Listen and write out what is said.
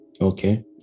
Okay